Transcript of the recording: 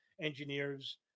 engineers